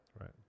Right